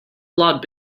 lot